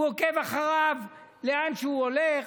הוא עוקב אחריו לאן שהוא הולך,